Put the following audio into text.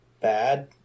bad